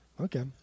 Okay